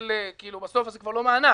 כאילו בסוף זה כבר לא מענק.